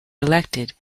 elected